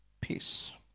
peace